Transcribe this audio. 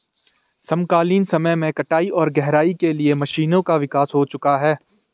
समकालीन समय में कटाई और गहराई के लिए मशीनों का विकास हो चुका है